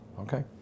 Okay